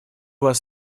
вас